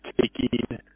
taking